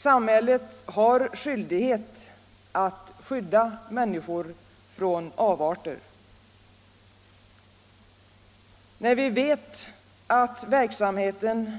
Samhället har skyldighet att skydda människor från avarter. När vi vet att verksamheten